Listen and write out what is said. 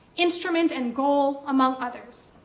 instrument and goal, among others.